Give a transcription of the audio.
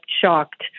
shocked